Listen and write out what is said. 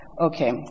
okay